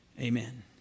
Amen